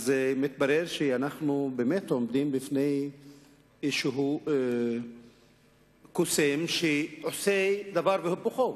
אז מתברר שאנחנו באמת עומדים בפני איזה קוסם שעושה דבר והיפוכו,